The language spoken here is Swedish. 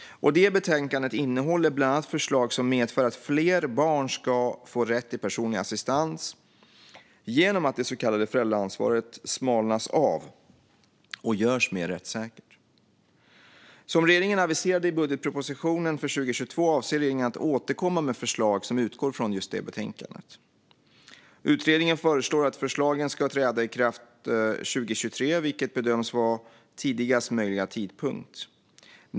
Det innehåller bland annat förslag som medför att fler barn ska få rätt till personlig assistans genom att det så kallade föräldraansvaret smalnas av och görs mer rättssäkert. Som regeringen aviserade i budgetpropositionen för 2022 avser vi att återkomma med förslag som utgår från just det betänkandet. Utredningen föreslår att förslagen ska träda i kraft 2023, vilket bedöms vara tidigast möjliga tidpunkt.